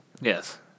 Yes